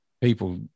People